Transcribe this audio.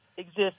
exist